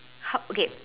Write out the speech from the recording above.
h~ okay